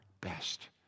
best